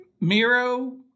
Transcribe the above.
Miro